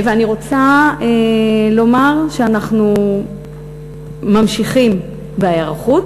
אני רוצה לומר שאנחנו ממשיכים בהיערכות.